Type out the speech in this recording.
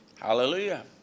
Hallelujah